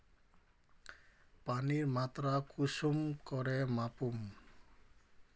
पानीर मात्रा कुंसम करे मापुम?